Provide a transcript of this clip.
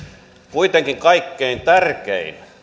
kuitenkin kaikkein tärkein